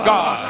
God